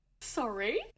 Sorry